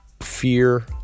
fear